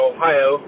Ohio